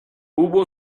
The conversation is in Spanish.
hubo